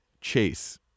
Chase